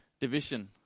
division